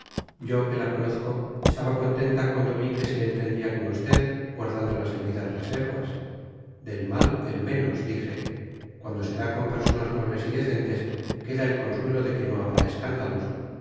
yo que la conozco estaba contenta cuando vi que se entendía con usted guardando las debidas reservas del mal el menos dije cuando se da con personas nobles y decentes queda el consuelo de que no habrá escándalos